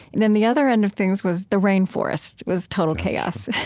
then the other end of things was the rain forests, was total chaos,